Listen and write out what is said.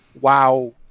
WoW